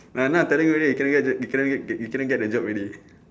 but now telling you whether you cannot get you cannot get you cannot get the job already